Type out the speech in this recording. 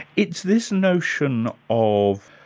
it's this notion of,